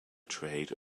trade